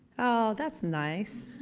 awe, that's nice.